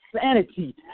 sanity